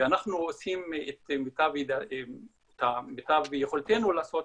אנחנו עושים את מיטב יכולתנו לעשות